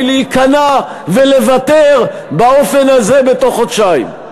להיכנע ולוותר באופן הזה בתוך חודשיים.